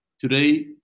today